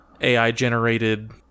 AI-generated